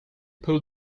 pull